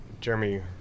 Jeremy